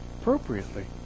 appropriately